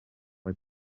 mae